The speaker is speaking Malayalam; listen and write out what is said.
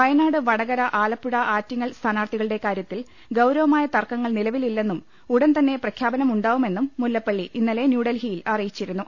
വയനാട് വടകര ആലപ്പുഴ ആറ്റിങ്ങൽ സ്ഥാനാർഥികളുടെ കാര്യ ത്തിൽ ഗൌരവമായ തർക്കങ്ങൾ നിലവിലില്ലെന്നും ഉടൻതന്നെ പ്രഖ്യാ പനം ഉണ്ടാവുമെന്നും മുല്ലപ്പള്ളി ഇന്നലെ ന്യൂഡൽഹിയിൽ അറിയിച്ചിരു ന്നു